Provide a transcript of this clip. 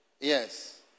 Yes